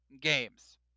games